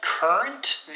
Current